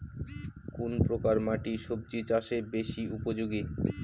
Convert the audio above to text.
কোন প্রকার মাটি সবজি চাষে বেশি উপযোগী?